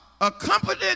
accompanied